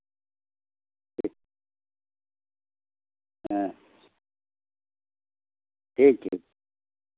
ठीक हाँ ठीक ठीक